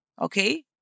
okay